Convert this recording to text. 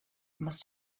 must